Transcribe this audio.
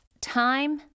Time